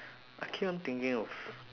I keep on thinking of